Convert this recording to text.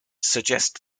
suggest